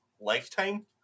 Lifetime